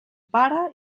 pare